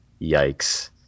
yikes